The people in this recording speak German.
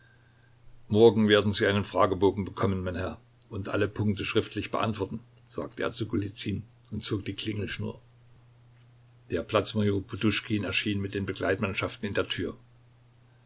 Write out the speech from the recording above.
morgen werden sie einen fragebogen bekommen mein herr und alle punkte schriftlich beantworten sagte er zu golizyn und zog die klingelschnur der platz major poduschkin erschien mit den begleitmannschaften in der tür